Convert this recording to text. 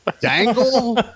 dangle